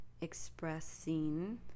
expressing